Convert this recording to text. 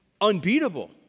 unbeatable